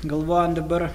galvojam dabar